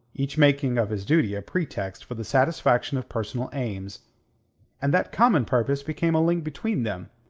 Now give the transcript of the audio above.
each making of his duty a pretext for the satisfaction of personal aims and that common purpose became a link between them,